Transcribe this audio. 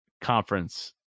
Conference